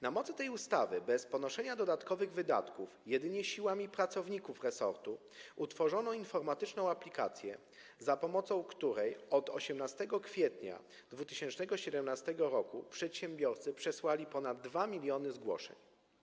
Na mocy tej ustawy bez ponoszenia dodatkowych wydatków, jedynie siłami pracowników resortu, utworzono informatyczną aplikację, za pomocą której od 18 kwietnia 2017 r. przedsiębiorcy przesłali ponad 2 mln zgłoszeń.